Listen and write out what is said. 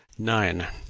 nine.